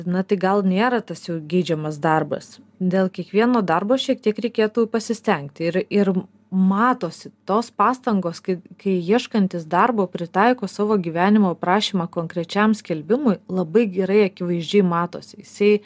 na tai gal nėra tas jau geidžiamas darbas dėl kiekvieno darbo šiek tiek reikėtų pasistengt ir ir matosi tos pastangos kai kai ieškantis darbo pritaiko savo gyvenimo aprašymą konkrečiam skelbimui labai gerai akivaizdžiai matosi jisai